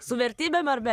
su vertybėm ar be